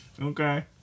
Okay